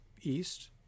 east